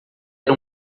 era